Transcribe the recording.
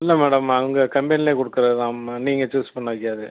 இல்லை மேடம் அவங்க கம்பெனிலேயே கொடுக்கறது தான் நீங்கள் சூஸ் பண்ண